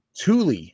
Thule